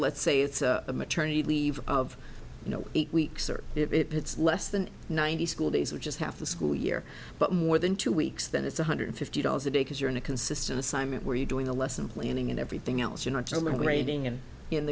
let's say it's a maternity leave of you know eight weeks or it's less than ninety school days which is half the school year but more than two weeks then it's one hundred fifty dollars a day because you're in a consistent assignment where you're doing a lesson planning and everything else you